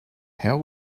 how